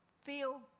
feel